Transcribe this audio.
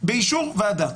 באישור ועדה.